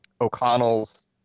O'Connell's